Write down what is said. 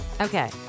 Okay